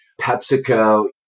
PepsiCo